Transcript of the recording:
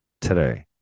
Today